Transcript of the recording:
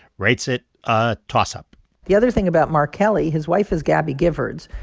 rates it a toss-up the other thing about mark kelly his wife is gabby giffords,